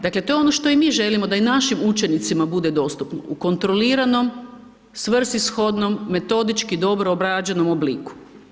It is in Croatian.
Dakle to je ono što i mi želimo, da i našim učenicima bude dostupno u kontroliranom svrsishodnom metodički dobro obrađenom obliku.